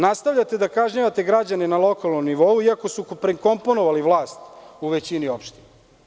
Nastavljate da kažnjavate građane na lokalnom nivou, iako su prekomponovali vlast u većini opština.